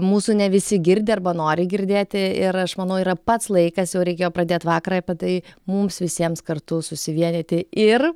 mūsų ne visi girdi arba nori girdėti ir aš manau yra pats laikas jau reikėjo pradėt vakar apie tai mums visiems kartu susivienyti ir